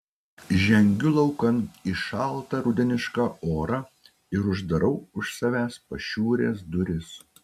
žengiu laukan į šaltą rudenišką orą ir uždarau už savęs pašiūrės duris